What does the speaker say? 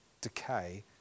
decay